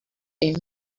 them